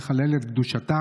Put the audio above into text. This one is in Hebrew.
לחלל את קדושתה?